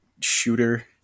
shooter